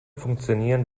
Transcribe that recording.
funktionieren